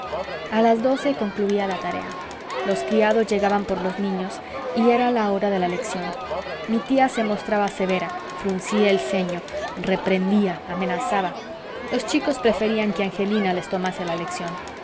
a las doce concluía la tarea los criados llegaban por los niños y era la hora de la lección mi tía se mostraba severa fruncía el ceño reprendía amenazaba los chicos preferían que angelina les tomase la lección